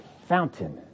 fountain